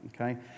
okay